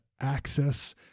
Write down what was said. access